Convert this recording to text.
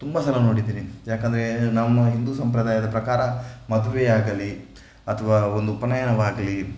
ತುಂಬ ಸಲ ನೋಡಿದ್ದೀನಿ ಯಾಕೆಂದರೆ ನಮ್ಮ ಹಿಂದೂ ಸಂಪ್ರದಾಯದ ಪ್ರಕಾರ ಮದುವೆ ಆಗಲಿ ಅಥವಾ ಒಂದು ಉಪನಯವಾಗಲಿ